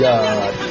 God